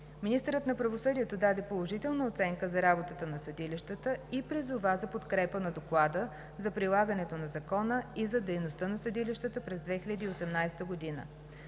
Министърът на правосъдието даде положителна оценка за работата на съдилищата и призова за подкрепа на Доклада за прилагането на закона и за дейността на съдилищата през 2018 г.